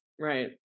Right